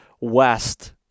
west